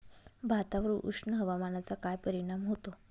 भातावर उष्ण हवामानाचा काय परिणाम होतो?